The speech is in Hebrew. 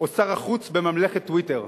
או שר החוץ בממלכת "טוויטר".